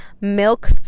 milk